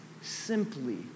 simply